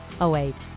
awaits